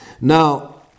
Now